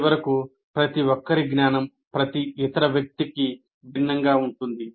చివరకు ప్రతి ఒక్కరి జ్ఞానం ప్రతి ఇతర వ్యక్తికి భిన్నంగా ఉంటుంది